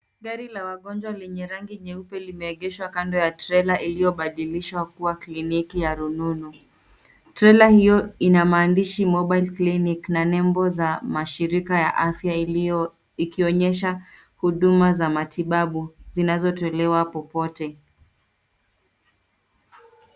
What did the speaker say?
Gari la wagonjwa lenye rangi nyeupe limeegeshwa kando ya trela iliyobadilishwa kuwa kliniki ya rununu. Trela hio ina maandishi Mobile Clinic na nembo za mashirika ya afya iliyo, ikionyesha huduma za matibabu zinazotolewa popote.